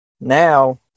now